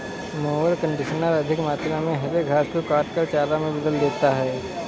mower conditioner अधिक मात्रा में हरे घास को काटकर चारा में बदल देता है